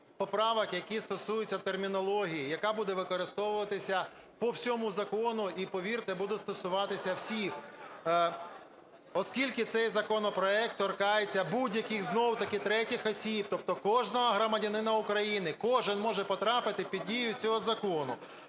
поправок, які стосуються термінології, яка буде використовуватися по всьому закону, і, повірте, буде стосуватися всіх, оскільки цей законопроект торкається будь-яких знов-таки третіх осіб. Тобто кожного громадянина України, кожен може потрапити під дію цього закону.